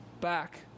back